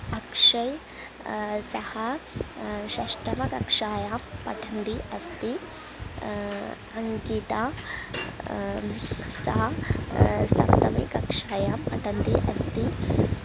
अक्षयः सः षष्टमकक्षायां पठन्ति अस्ति अङ्किता सा सप्तमीकक्षायां पठन्ति अस्ति